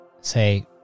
Say